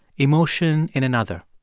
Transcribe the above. emotion in another.